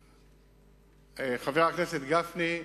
חבר הכנסת גפני,